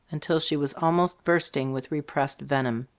until she was almost bursting with repressed venom.